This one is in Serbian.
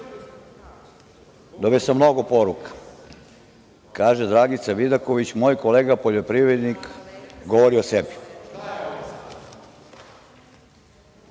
sam mnogo poruka. Kaže Dragica Vidaković: „Moj kolega poljoprivrednik govori o